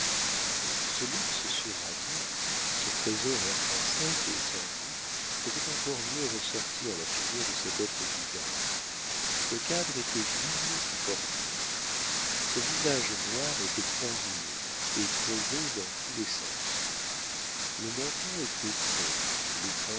ce luxe suranné ce trésor intrinsèque et sans goût faisaient encore mieux ressortir la figure de cet être bizarre le cadre était digne du portrait ce visage noir était anguleux et creusé dans tous les sens le menton était creux